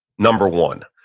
number one.